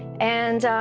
and